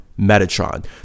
Metatron